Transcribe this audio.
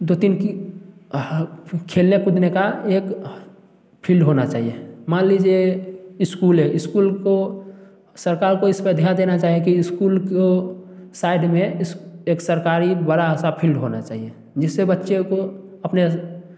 दो तीन खेलने कूदने का एक फील्ड होना चाहिए मान लीजिए स्कूल है स्कूल को सरकार को इस पर ध्यान देना चाहिए कि स्कूल को साइड में एक सरकारी बड़ा सा फ़ील्ड होना चाहिए जिससे बच्चे को अपने